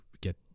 get